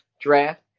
draft